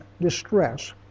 distress